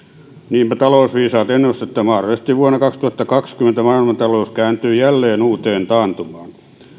niinpä talousviisaat ennustavat että mahdollisesti vuonna kaksituhattakaksikymmentä maailmantalous kääntyy jälleen uuteen taantumaan